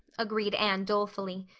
agreed anne dolefully.